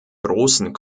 großen